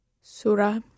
Surah